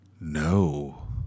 No